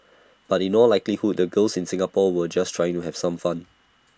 but in all likelihood the girls in Singapore were just trying to have some fun